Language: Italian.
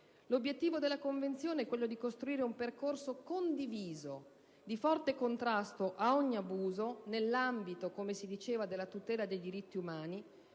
L'obiettivo della Convenzione è costruire un percorso condiviso, di forte contrasto a ogni abuso nell'ambito, come si diceva, della tutela dei diritti umani,